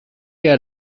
had